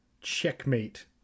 Checkmate